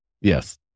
Yes